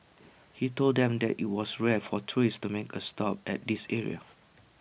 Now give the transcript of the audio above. he told them that IT was rare for tourists to make A stop at this area